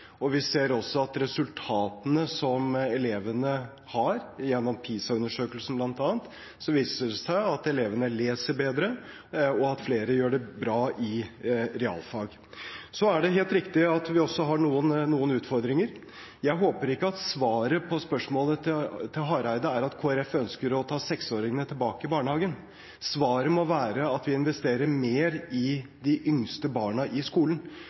Vi ser også av resultatene som elevene har, bl.a. gjennom PISA-undersøkelsen, at de leser bedre, og at flere gjør det bra i realfag. Så er det helt riktig at vi også har noen utfordringer. Jeg håper ikke at svaret på spørsmålet til Hareide er at Kristelig Folkeparti ønsker å ta seksåringene tilbake i barnehagen. Svaret må være at vi investerer mer i de yngste barna i skolen.